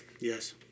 Yes